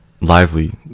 lively